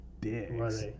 dicks